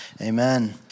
Amen